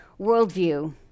worldview